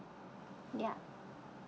yup